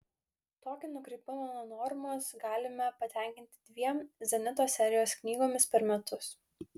tokį nukrypimą nuo normos galime patenkinti dviem zenito serijos knygomis per metus